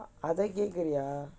அதான் கேட்டியா:athaan kettiyaa